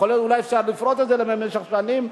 יכול להיות שאפשר לפרוס את זה למשך שנים.